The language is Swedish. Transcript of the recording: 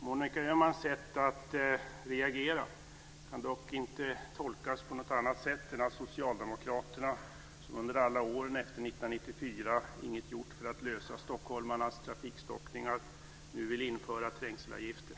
Monica Öhmans sätt att reagera kan dock inte tolkas på annat sätt än att socialdemokraterna, som under alla åren efter 1994 inget gjort för att lösa stockholmarnas trafikstockningar, nu vill införa trängselavgifter.